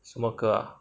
什么歌啊